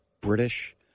British